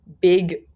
big